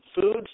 food's